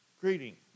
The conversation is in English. Greeting